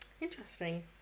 Interesting